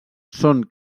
són